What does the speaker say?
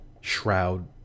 Shroud